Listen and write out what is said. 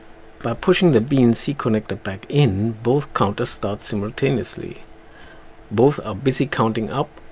by pushing the bnc connector back in, both counters start simultaneously both are busy counting up,